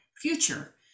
future